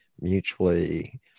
mutually